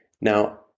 Now